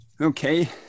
Okay